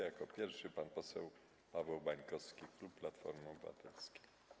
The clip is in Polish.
Jako pierwszy pan poseł Paweł Bańkowski, klub Platformy Obywatelskiej.